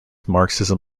marxism